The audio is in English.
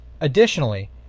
Additionally